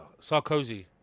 sarkozy